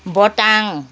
भोटाङ